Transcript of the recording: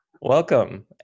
Welcome